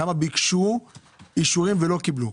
כמה ביקשו אישורים ולא קיבלו.